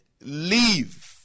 Leave